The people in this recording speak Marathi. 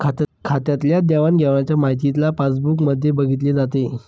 खात्यातल्या देवाणघेवाणच्या माहितीला पासबुक मध्ये बघितले जाते